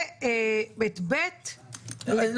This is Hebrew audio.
ואת ב' לתקן.